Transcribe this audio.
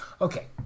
Okay